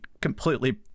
completely